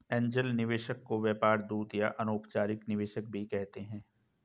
angel निवेशक को व्यापार दूत या अनौपचारिक निवेशक भी कहते हैं